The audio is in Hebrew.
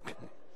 זה נכון.